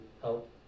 help